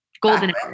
golden